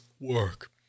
work